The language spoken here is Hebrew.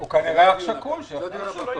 חבר'ה, הכול בסדר.